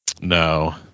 No